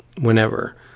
whenever